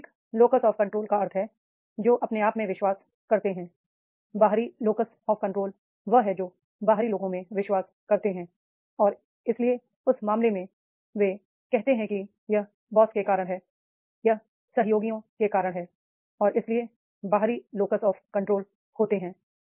आंतरिक locus of control का अर्थ है जो अपने आप में विश्वास करते हैं बाहरी लोकस आफ कंट्रोल वह हैं जो बाहरी लोगों में विश्वास करते हैं और इसलिए उस मामले में वे कहते हैं कि यह बॉस के कारण है यह सहयोगियों के कारण है और इसलिए बाहरी होतेहैं